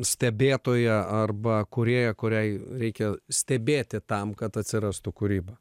stebėtoja arba kūrėja kuriai reikia stebėti tam kad atsirastų kūryba